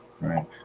Right